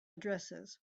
addresses